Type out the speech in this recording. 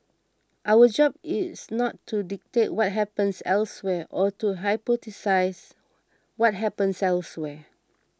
our job is not to dictate what happens elsewhere or to hypothesise what happens elsewhere